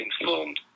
informed